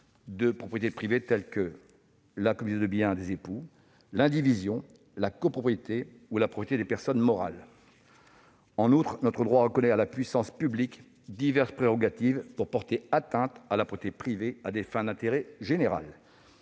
de propriété privée, tels que la communauté de biens des époux, l'indivision, la copropriété ou la propriété des personnes morales. En outre, notre droit reconnaît à la puissance publique diverses prérogatives pour porter atteinte à la propriété privée à des fins d'intérêt général.